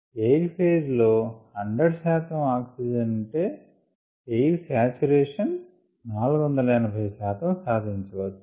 air phase లో 100 శాతం oxygen ఉంటే ఎయిర్ సాచురేషన్ 480 శాతం సాధించవచ్చు